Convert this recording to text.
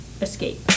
escape